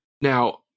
Now